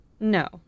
No